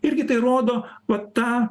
irgi tai rodo va tą